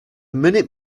minute